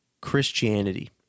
Christianity